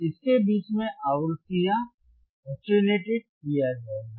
इसके बीच की आवृत्तियों तनूकृत किया जाएगा